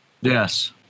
Yes